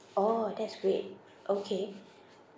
orh that's great okay